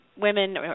women